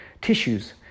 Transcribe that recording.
tissues